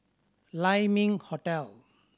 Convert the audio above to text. Lai Ming Hotel